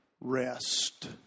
rest